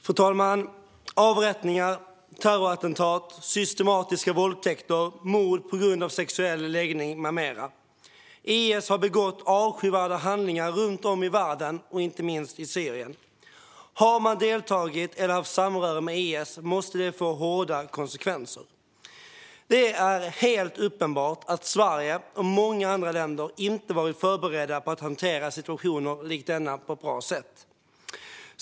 Fru talman! Avrättningar, terrorattentat, systematiska våldtäkter, mord på grund av sexuell läggning med mera - IS har begått avskyvärda handlingar runt om i världen och inte minst i Syrien. Har man deltagit i eller haft samröre med IS måste det få hårda konsekvenser. Det är helt uppenbart att Sverige och många andra länder inte har varit förberedda på att hantera situationer likt denna på ett bra sätt.